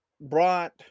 brought